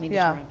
yeah,